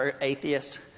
atheist